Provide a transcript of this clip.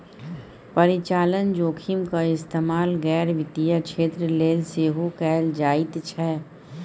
परिचालन जोखिमक इस्तेमाल गैर वित्तीय क्षेत्र लेल सेहो कैल जाइत छै